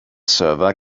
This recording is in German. server